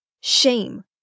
Shame